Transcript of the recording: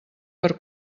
per